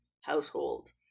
household